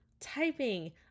typing